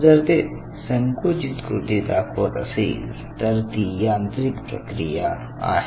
जर ते संकुचित कृती दाखवत असेल तर ती यांत्रिक प्रक्रिया आहे